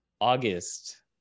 August